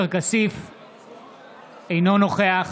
אינו נוכח